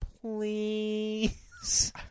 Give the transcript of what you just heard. Please